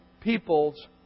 people's